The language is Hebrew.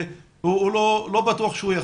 הוא לא בטוח שהוא יחזור.